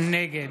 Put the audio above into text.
נגד